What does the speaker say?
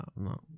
no